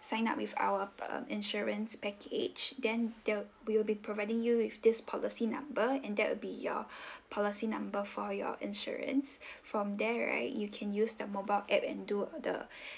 sign up with our um insurance package then they'll we will be providing you with this policy number and that will be your policy number for your insurance from there right you can use the mobile app and do uh the